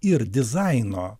ir dizaino